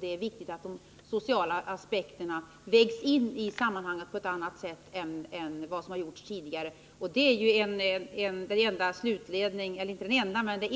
Det är viktigt att de sociala aspekterna vägs in i sammanhanget på ett annat sätt än som tidigare varit fallet. Det är